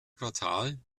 quartal